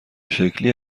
شکلی